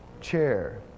Chair